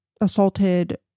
assaulted